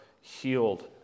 healed